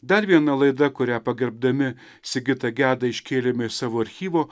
dar viena laida kurią pagerbdami sigitą gedą iškėlėme iš savo archyvo